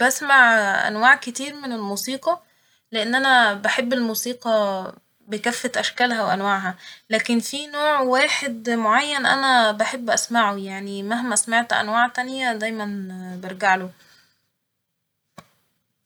بسمع أنواع كتير من الموسيقى لإن أنا بحب الموسيقى بكافة أشكالها وأنواعها لكن في نوع واحد معين أنا بحب أسمعه يعني مهما سمعت أنواع تانية دايما برجعله